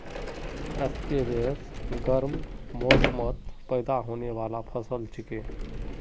squash गर्म मौसमत पैदा होने बाला फसल छिके